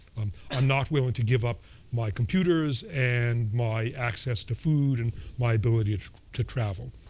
i'm not willing to give up my computers and my access to food and my ability to travel.